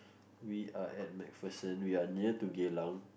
we are at MacPherson we are near to Geylang